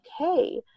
okay